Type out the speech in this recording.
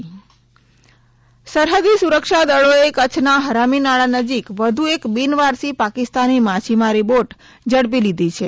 boat જપ્ત સરહદી સુરક્ષા દળોએ કચ્છના હરામીનાળા નજીક વધુ એક બિનવારસી પાકિસ્તાની માછીમારી બોટ ઝડપી લીધી છે